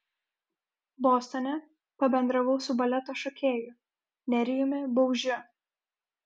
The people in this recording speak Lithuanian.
bostone pabendravau su baleto šokėju nerijumi baužiu